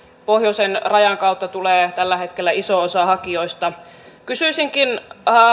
pohjoisen rajan kautta tulee tällä hetkellä iso osa hakijoista kysyisinkin